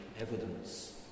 evidence